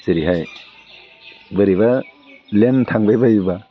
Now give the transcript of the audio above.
जेरैहाय बोरैबा ब्लेन थांबाय बायोबा